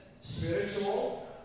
spiritual